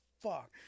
fuck